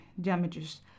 damages